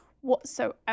whatsoever